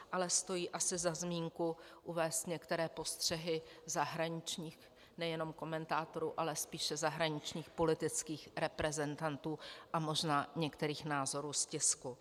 Ale stojí asi za zmínku uvést některé postřehy zahraničních nejenom komentátorů, ale spíše zahraničních politických reprezentantů a možná některých názorů z tisku.